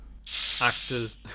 actors